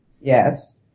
Yes